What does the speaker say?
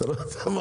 הוא נכנס אליי